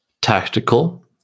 tactical